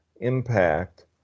impact